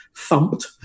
Thumped